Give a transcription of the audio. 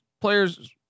players